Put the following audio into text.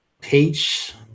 page